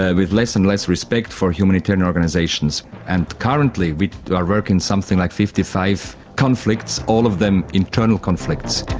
yeah with less and less respect for humanitarian organisations, and currently we reckon something like fifty five conflicts, all of them internal conflicts.